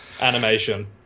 animation